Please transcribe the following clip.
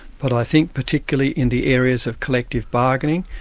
but i think particularly in the areas of collective bargaining,